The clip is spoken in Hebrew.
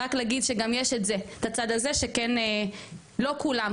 רק להגיד שגם יש את הצד הזה, שכן, לא כולם.